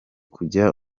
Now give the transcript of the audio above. kujya